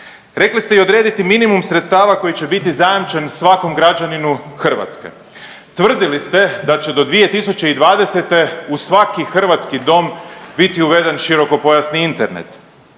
rekli ste i odrediti minimum sredstava koji će biti zajamčeni svakom građaninu Hrvatske, tvrdili ste da će do 2020. u svaki hrvatski dom biti uveden širokopojasni Internet.